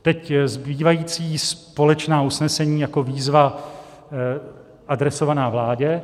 Teď zbývající společná usnesení jako výzva adresovaná vládě: